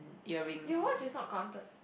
your watch is not gotten